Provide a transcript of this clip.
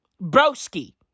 Broski